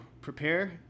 prepare